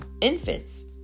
infants